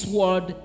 word